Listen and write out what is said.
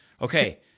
Okay